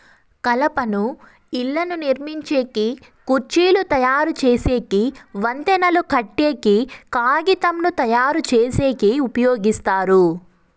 కలపను ఇళ్ళను నిర్మించేకి, కుర్చీలు తయరు చేసేకి, వంతెనలు కట్టేకి, కాగితంను తయారుచేసేకి ఉపయోగిస్తారు